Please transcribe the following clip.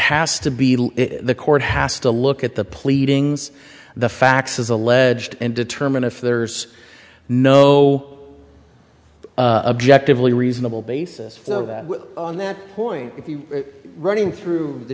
has to be the court has to look at the pleadings the facts as alleged and determine if there's no objective a reasonable basis for that on that point if you running through the